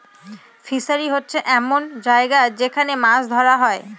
fishery হচ্ছে এমন জায়গা যেখান মাছ ধরা হয়